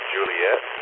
Juliet